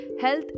health